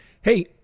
Hey